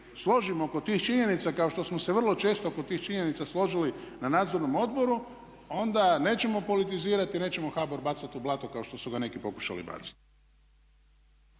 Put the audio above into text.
složimo oko tih činjenica kao što smo se vrlo često oko tih činjenica složili na nadzornom odbor onda nećemo politizirati i nećemo HBOR bacati u blato kao što su ga neki pokušali baciti.